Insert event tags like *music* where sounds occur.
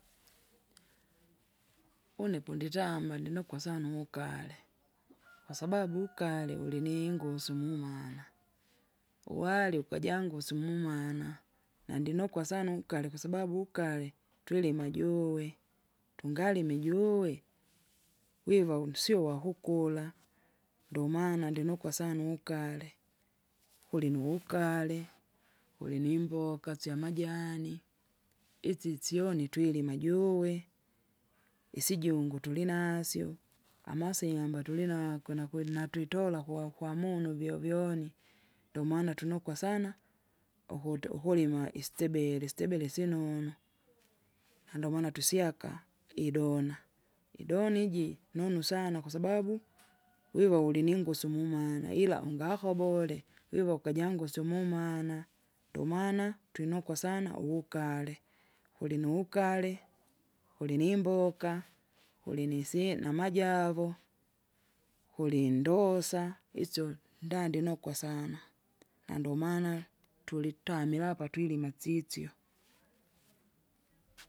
Une ponditamba ndinokwa sana uwugale, *noise* kwasababu ugale uliningusu mumana, uwari ukaja ngusu mumana, nandinokwa sana ugale kwasababu ugale, twilima juwe, tungalime ijuwe? Wiwa usio wakukura, ndomana ndinukwa sana ugale, kulinu ugale, kulini mboka syamajani, itsi syoni twilima juw, isijungu tulinasyo, amasiamba tulinakwe nakwi- natwitola kuwa kwamunu vyovyoni. Ndomaana tunokwa sana ukut- ukulima istebele istebere sinonu, *noise* nandomana tusyaka, idona idona iji- nunu sana kwasababu, *noise* wiva uliningusu mumana ila ungakobole wiva ukajangusu mumana. Ndomana twinukwa sana uwugale, kulinu ugale, kulinimboka, kulinisyi namajavo, kulindosa isyo ndandi nukwa sana, nandomana, tulitamila apa twilima sisyo.